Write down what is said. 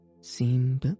seem